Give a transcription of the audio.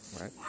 right